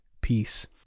peace